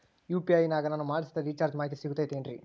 UPI ನಾಗ ನಾನು ಮಾಡಿಸಿದ ರಿಚಾರ್ಜ್ ಮಾಹಿತಿ ಸಿಗುತೈತೇನ್ರಿ?